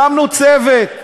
הקמנו צוות: